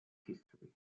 history